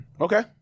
Okay